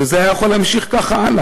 וזה יכול היה להימשך ככה הלאה.